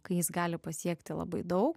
kai jis gali pasiekti labai daug